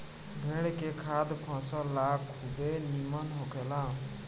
भेड़ के खाद फसल ला खुबे निमन होखेला